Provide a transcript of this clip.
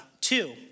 two